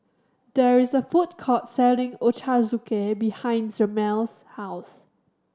there is a food court selling Ochazuke behind Jameel's house